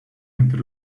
entre